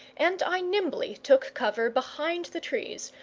and i nimbly took cover behind the trees,